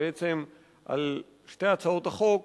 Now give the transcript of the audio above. שבעצם על שתי הצעות החוק